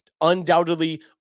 Undoubtedly